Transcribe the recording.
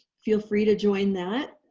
feel free to join that.